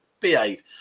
behave